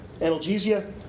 analgesia